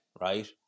right